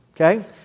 okay